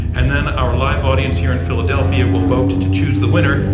and then our live audience here in philadelphia will vote to choose the winner.